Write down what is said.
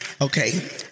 Okay